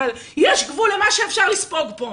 אבל יש גבול למה שאפשר לספוג פה.